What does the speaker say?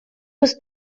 was